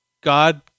God